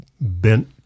bent